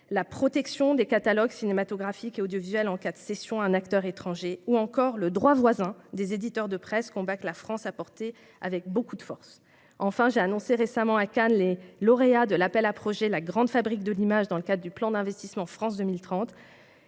la protection des catalogues cinématographiques et audiovisuels en cas de cession à un acteur étranger, ou encore le droit voisin des éditeurs de presse, combat que la France a porté avec beaucoup de force ? Enfin, j'ai annoncé récemment, à Cannes, l'identité des lauréats de l'appel à projets « La grande fabrique de l'image », dans le cadre du plan d'investissement France 2030.